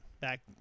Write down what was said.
back